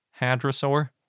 hadrosaur